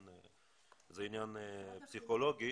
זה עניין פסיכולוגי.